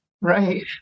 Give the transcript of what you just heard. Right